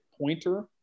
pointer